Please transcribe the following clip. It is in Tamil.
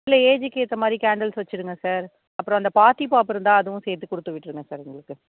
இல்லை ஏஜுக்கு ஏற்ற மாதிரி கேண்டில்ஸ் வைச்சிருங்க சார் அப்புறம் அந்த பார்ட்டி பாப் இருந்தால் அதுவும் சேர்த்து கொடுத்து விட்டுருங்க சார் எங்களுக்கு